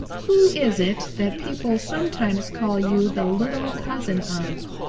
who is it that people sometimes call you the little cousin of?